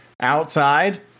outside